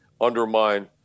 undermine